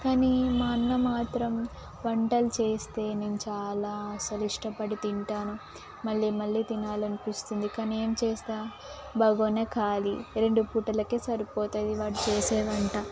కానీ మా అన్న మాత్రం వంటలు చేస్తే మేము చాలా అసలు ఇష్టపడి తింటాను మళ్ళీ మళ్ళీ తినాలని అనిపిస్తుంది కానీ ఏం చేస్తాము బగోని ఖాళీ రెండు పూటలకె సరిపోతుంది వాడు చేసే వంట